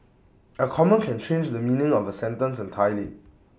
A comma can change the meaning of A sentence entirely